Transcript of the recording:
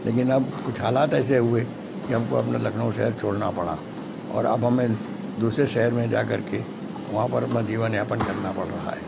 लेकिन अब कुछ हालात ऐसे हुए कि हमको अपना लखनऊ शहर छोड़ना पड़ा और अब हमें दूसरे शहर में जाकर के वहाँ पर अपना जीवन यापन करना पड़ रहा है